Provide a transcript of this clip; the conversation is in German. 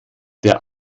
der